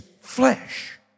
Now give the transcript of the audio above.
flesh